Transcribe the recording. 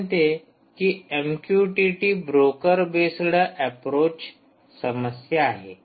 हे म्हणते MQTT broker based approach समस्या आहे